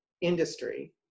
industry